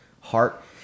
heart